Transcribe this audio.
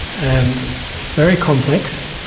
and it's very complex,